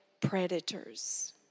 predators